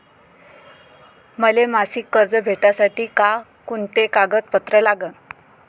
मले मासिक कर्ज भेटासाठी का कुंते कागदपत्र लागन?